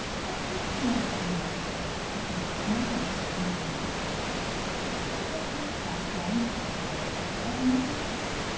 had taste enough to know the difference between smile and smile he laid himself and his laurels at my feet,